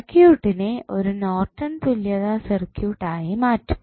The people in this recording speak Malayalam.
സർക്യൂട്ടിനെ ഒരു നോർട്ടൻ തുല്യത സർക്യൂട്ട് ആയി മാറ്റും